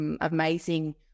amazing